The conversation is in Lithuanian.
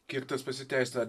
kiek tas pasiteisina